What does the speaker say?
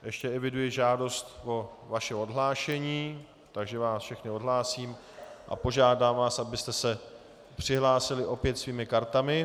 Ještě eviduji žádost o vaše odhlášení, takže vás všechny odhlásím a požádám vás, abyste se přihlásili opět svými kartami.